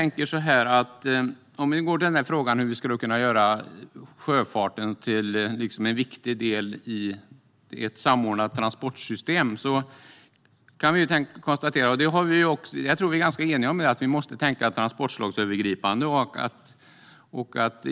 När det gäller frågan om hur vi ska kunna göra sjöfarten till en viktig del i ett samordnat transportsystem tror jag att vi är eniga om att vi måste tänka transportslagsövergripande.